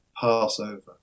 passover